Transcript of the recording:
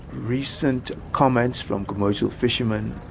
recent comments from commercial fishermen,